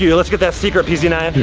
yeah let's get that secret p z nine.